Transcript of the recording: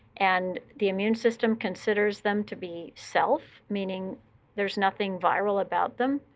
and the immune system considers them to be self, meaning there's nothing viral about them.